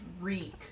reek